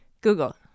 Google